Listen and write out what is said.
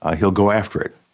ah he'll go after it.